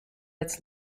its